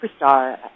superstar